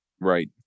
Right